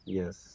yes